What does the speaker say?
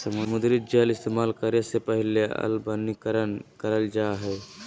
समुद्री जल इस्तेमाल करे से पहले अलवणीकरण करल जा हय